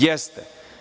Jeste.